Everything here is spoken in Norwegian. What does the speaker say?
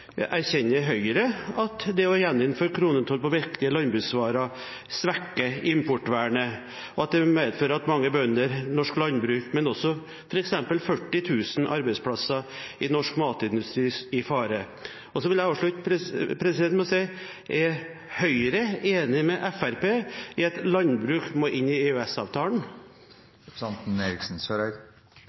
jeg spurte Fremskrittspartiet: Erkjenner Høyre at det å gjeninnføre kronetoll på viktige landbruksvarer svekker importvernet, og at det vil medføre at mange bønder, norsk landbruk og f.eks. også 40 000 arbeidsplasser i norsk matindustri, settes i fare? Så vil jeg avslutte med å si: Er Høyre enig med Fremskrittspartiet i at landbruk må inn i EØS-avtalen? Representanten